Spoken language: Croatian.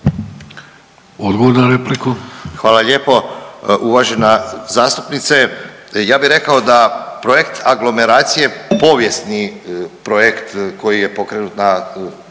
Goran (HDZ)** Hvala lijepo. Uvažena zastupnice, ja bi rekao da projekt aglomeracije je povijesni projekt koji je pokrenut na